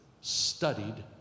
studied